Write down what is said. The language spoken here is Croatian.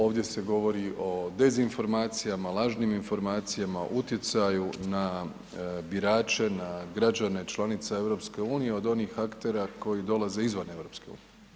Ovdje se govori o dezinformacijama, lažnim informacijama, utjecaju na birače, na građene članica EU od onih aktera koji dolaze izvan EU.